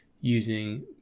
using